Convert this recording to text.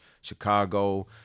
Chicago